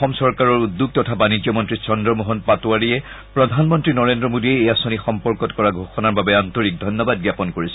অসম চৰকাৰৰ উদ্যোগ তথা বাণিজ্য মন্ত্ৰী চন্দ্ৰ মোহন পাটোৱাৰীয়ে প্ৰধানমন্ত্ৰী নৰেন্দ্ৰ মোদীয়ে এই আঁচনি সম্পৰ্কত কৰা ঘোষণাৰ বাবে আন্তৰিক ধন্যবাদ জ্ঞাপন কৰিছে